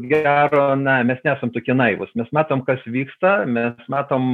gero na mes nesam tokie naivūs mes matom kas vyksta mes matom